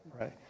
right